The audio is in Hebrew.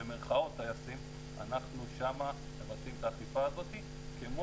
אנחנו שם מבצעים את האכיפה הזאת כמו